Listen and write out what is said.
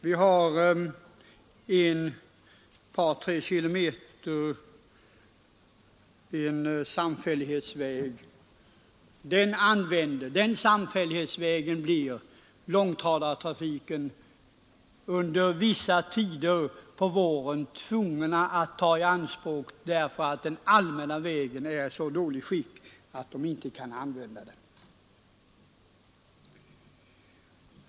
Vi har ett par tre kilometer sam fällighetsväg. Den blir långtradartrafiken under vissa tider på våren tvungen att ta i anspråk därför att den allmänna vägen är i så dåligt skick att den inte kan användas för sådan trafik.